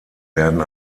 werden